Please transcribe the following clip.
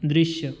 दृश्य